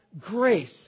grace